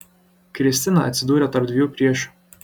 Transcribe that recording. kristina atsidūrė tarp dviejų priešių